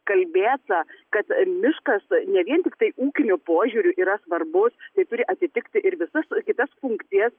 kalbėta kad miškas ne vien tiktai ūkiniu požiūriu yra svarbus tai turi atitikti ir visas kitas funkcijas